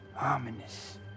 Ominous